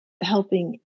helping